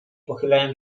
pochylają